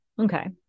okay